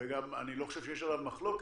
וגם אני לא חושב שיש עליו מחלוקת,